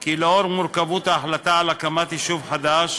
כי לאור מורכבות ההחלטה על הקמת יישוב חדש